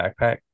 backpack